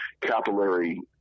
capillary